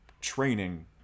training